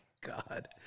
God